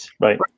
Right